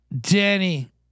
Danny